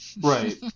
Right